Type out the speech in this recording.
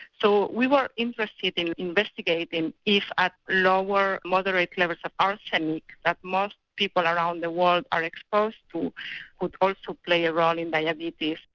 so we were interested in investigating if at lower moderate levels of arsenic that most people around the world are exposed to would also play a role in diabetes.